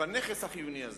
בנכס החיוני הזה.